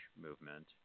movement